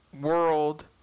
world